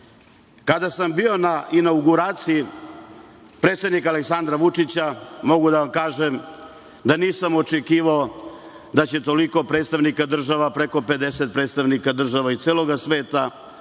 sada. Kada sam bio na inauguraciji predsednika Aleksandra Vučića mogu da vam kažem da nisam očekivao da će toliko predstavnika država, preko 50 predstavnika država iz celog sveta,